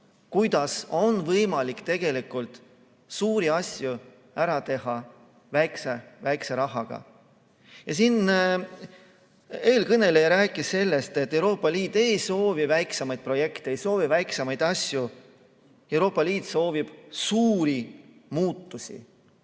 kuidas on võimalik teha ära suuri asju väikse rahaga. Eelkõneleja rääkis siin sellest, et Euroopa Liit ei soovi väiksemaid projekte, ei soovi väiksemaid asju. Euroopa Liit soovib suuri muutusi.